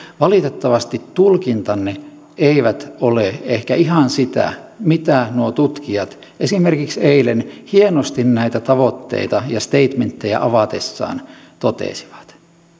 valitettavasti tulkintanne eivät ole ehkä ihan sitä mitä nuo tutkijat esimerkiksi eilen hienosti näitä tavoitteita ja statementtejä avatessaan totesivat